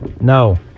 No